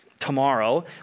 tomorrow